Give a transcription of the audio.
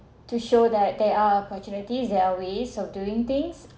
to show that there are opportunities there are ways of doing things